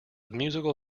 musical